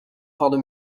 hadden